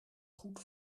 goed